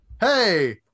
Hey